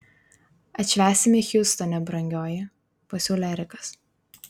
atšvęsime hjustone brangioji pasiūlė erikas